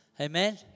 Amen